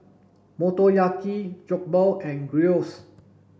Motoyaki Jokbal and Gyros